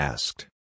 Asked